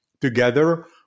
Together